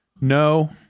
no